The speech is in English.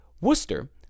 Worcester